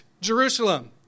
Jerusalem